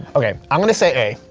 okay, i'm gonna say a.